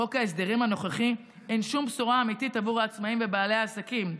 בחוק ההסדרים הנוכחי אין שום בשורה אמיתית עבור העצמאים ובעלי העסקים,